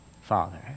Father